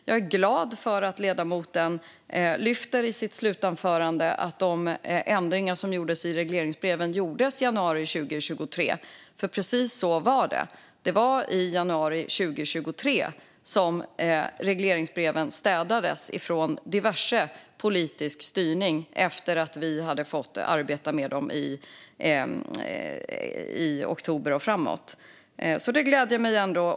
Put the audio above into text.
Jag är glad över att ledamoten i sitt slutanförande lyfter fram att det gjordes ändringar i regleringsbreven i januari 2023, för precis så var det. Det var i januari 2023 som regleringsbreven rensades från diverse politisk styrning efter att vi hade fått arbeta med dem från oktober och framåt. Det gläder mig alltså.